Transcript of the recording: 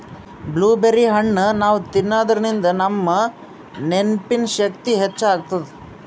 blueberry ಹಣ್ಣ್ ನಾವ್ ತಿನ್ನಾದ್ರಿನ್ದ ನಮ್ ನೆನ್ಪಿನ್ ಶಕ್ತಿ ಹೆಚ್ಚ್ ಆತದ್